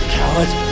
coward